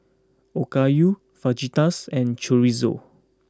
Okayu Fajitas and Chorizo